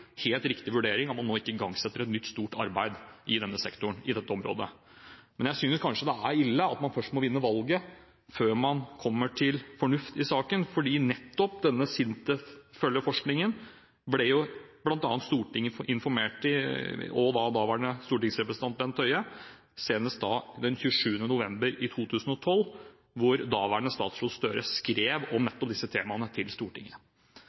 helt riktig vurdering at man nå ikke igangsetter et nytt stort arbeid i denne sektoren på dette området. Men jeg synes kanskje det er ille at man først må vinne valget før man kommer til fornuft i saken. Nettopp denne SINTEF-følgeforskningen ble jo bl.a. Stortinget informert om – og daværende stortingsrepresentant Bent Høie – senest den 27. november 2012, hvor daværende statsråd Gahr Støre skrev om nettopp disse temaene til Stortinget.